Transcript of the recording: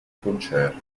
concerti